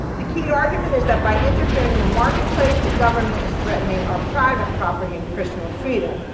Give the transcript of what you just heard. the key argument is that by interfering in the marketplace, the government is threatening our private property and personal freedom,